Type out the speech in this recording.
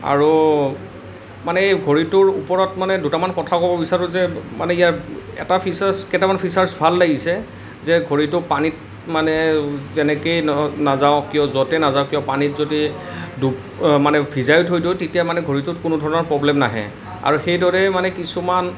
আৰু মানে এই ঘড়ীটোৰ ওপৰত মানে দুটামান কথা ক'ব বিচাৰোঁ যে মানে ইয়াৰ এটা ফীচাৰ্চ কেইটামান ফীচাৰ্চ ভাল লাগিছে যে ঘড়ীটো পানীত মানে যেনেকৈ নহওক নাযাওক কিয় য'তেই নাযাওক কিয় পানীত যদি ডুব মানে ভিজাইও থৈ দিওঁ তেতিয়া মানে ঘড়ীটোত কোনো ধৰণৰ প্ৰব্লেম নাহে আৰু সেইদৰেই মানে কিছুমান